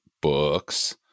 books